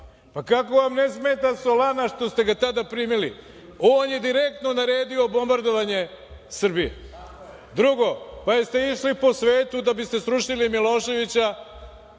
Kako vam ne smeta Solana što ste ga tada primili, on je direktno naredio bombardovanje Srbije. Drugo, pa jeste išli po svetu da biste srušili Miloševića,